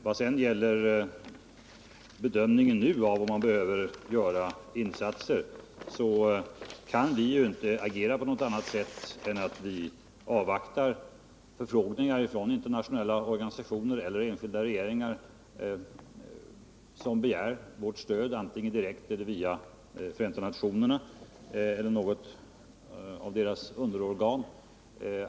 Vad sedan gäller bedömningen av om man nu behöver göra insatser kan vi inte agera på annat sätt än att vi avvaktar förfrågningar från internationella organisationer och enskilda regeringar. De kan begära vårt stöd antingen direkt eller via Förenta nationerna eller något av dess underorgan.